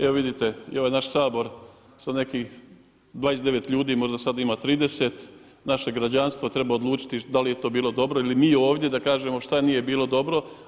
Evo vidite i ovaj naš Sabor sa nekih 29 ljudi, možda sad ima 30, naše građanstvo treba odlučiti da li je to bilo dobro ili mi ovdje da kažemo šta nije bilo dobro.